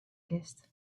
kinst